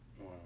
Wow